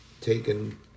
taken